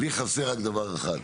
לי חסר רק דבר אחד,